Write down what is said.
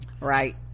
right